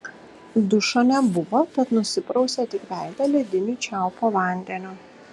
dušo nebuvo tad nusiprausė tik veidą lediniu čiaupo vandeniu